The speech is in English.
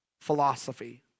philosophy